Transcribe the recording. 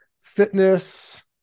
fitness